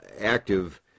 active